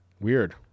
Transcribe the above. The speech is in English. Weird